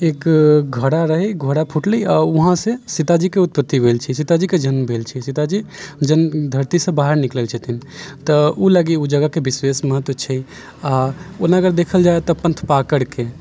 एक घड़ा रहै घड़ा फुटलै आओर वहाँसँ सीताजीके उत्पत्ति भेल छै सीताजीके जन्म भेल छै सीताजी जन्म धरतीसँ बाहर निकलल छथिन तऽ ओ लागी ओ जगहके विशेष महत्व छै आओर ओना अगर देखल जाइ तऽ पन्थपाकैरके